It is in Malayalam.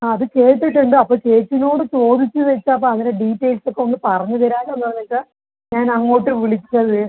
ആ അത് കേട്ടിട്ടുണ്ട് അപ്പോൾ ചേച്ചീനോട് ചോദിച്ച് വെച്ചാൽ അപ്പോൾ അങ്ങനെ ഡീറ്റെയിൽസ് ഒക്ക ഒന്ന് പറഞ്ഞ് തെരാല്ലോയെന്ന് പറഞ്ഞിട്ടാ ഞാൻ അങ്ങോട്ട് വിളിച്ചത്